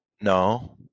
No